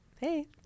Hey